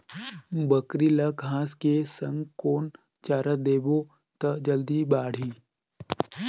बकरी ल घांस के संग कौन चारा देबो त जल्दी बढाही?